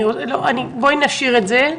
בואי נשאיר את זה.